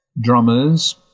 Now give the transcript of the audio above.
drummers